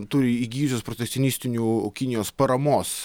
turi įgijusios protekcinistinių kinijos paramos